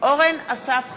אורן אסף חזן,